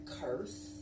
curse